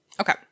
Okay